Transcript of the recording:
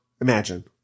imagine